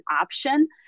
option